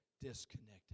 disconnected